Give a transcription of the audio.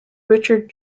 richard